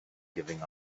giving